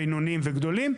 בינוניים וגדולים.